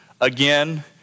again